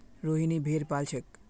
रोहिनी भेड़ पा ल छेक